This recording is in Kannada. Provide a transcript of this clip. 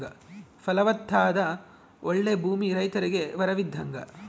ಫಲವತ್ತಾದ ಓಳ್ಳೆ ಭೂಮಿ ರೈತರಿಗೆ ವರವಿದ್ದಂಗ